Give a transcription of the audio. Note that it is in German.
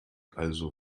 also